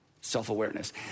self-awareness